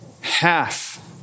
half